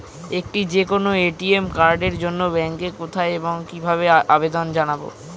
একটি যে কোনো এ.টি.এম কার্ডের জন্য ব্যাংকে কোথায় এবং কিভাবে আবেদন জানাব?